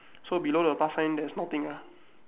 so below the plus sign there's nothing ah